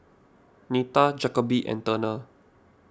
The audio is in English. Nita Jacoby and Turner